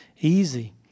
easy